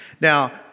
Now